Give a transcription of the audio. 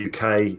UK